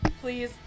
Please